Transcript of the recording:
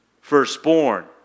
firstborn